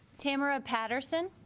tamara patterson